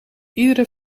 iedere